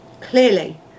clearly